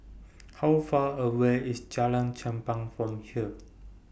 How Far away IS Jalan Chempah from here